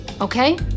Okay